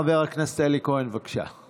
חבר הכנסת אלי כהן, בבקשה.